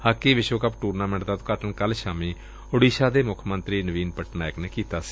hockey ਵਿਸ਼ਵ cup tournament ਦਾ ਉਦਘਾਟਨ ਕੱਲੂ ਸ਼ਾਮੀ ਓਡੀਸ਼ਾ ਦੇਂ ਮੁੱਖ ਮੰਤਰੀ ਨਵੀਨ ਪਟਨਾਇਕ ਨੇ ਕੀਡਾ ਸੀ